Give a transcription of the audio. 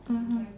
mmhmm